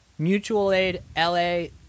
mutualaidla